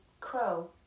crow